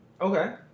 okay